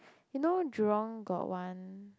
you know Jurong got one